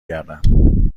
گردم